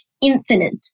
infinite